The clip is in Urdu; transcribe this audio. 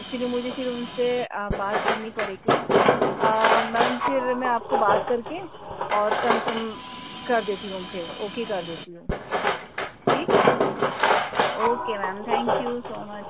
ایکچولی مجھے پھر ان سے بات کرنی پڑے گی میم پھر میں آپ کو بات کر کے اور کنفرم کر دیتی ہوں پھر اوکے کر دیتی ہوں ٹھیک ہے okay ma'am thank you so much